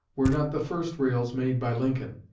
were not the first rails made by lincoln.